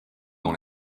dans